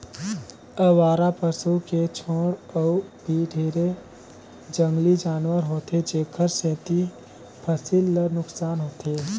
अवारा पसू के छोड़ अउ भी ढेरे जंगली जानवर होथे जेखर सेंथी फसिल ल नुकसान होथे